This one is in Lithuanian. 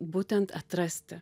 būtent atrasti